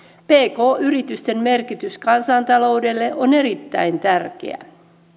pk yritysten merkitys kansantaloudelle on erittäin tärkeä